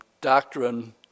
doctrine